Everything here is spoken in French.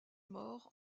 mort